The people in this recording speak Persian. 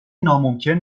ناممکن